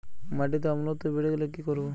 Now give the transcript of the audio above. মাটিতে অম্লত্ব বেড়েগেলে কি করব?